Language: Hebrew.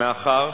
או לכל המאוחר,